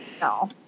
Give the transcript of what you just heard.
No